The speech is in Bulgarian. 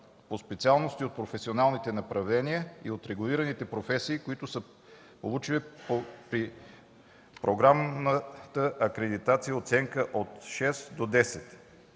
по специалности от професионални направления и от регулираните професии, които са получили при програмната акредитация оценка от 6,00